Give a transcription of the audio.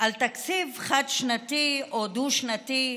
על תקציב חד-שנתי או דו-שנתי,